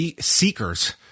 seekers